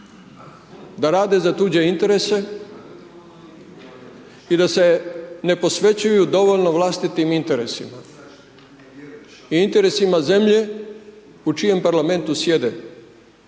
da rade za tuđe interese i da se ne posvećuju dovoljno vlastitim interesima i interesima zemlje u čijem Parlamentu sjede.